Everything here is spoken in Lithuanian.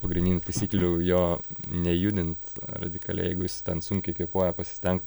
pagrindinių taisyklių jo nejudint radikaliai jeigu jis ten sunkiai kvėpuoja pasistenk